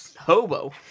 Hobo